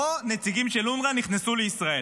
פה נציגים של אונר"א נכנסו לישראל,